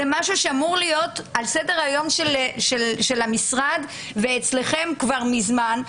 זה משהו שאמור היה להיות על סדר-היום של המשרד ואצלכם כבר מזמן.